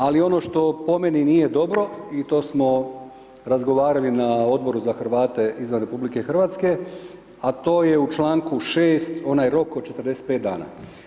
Ali ono što po meni nije dobro i to smo razgovarali na Odboru za Hrvate izvan RH a to je u članku 6. onaj rok od 45 dana.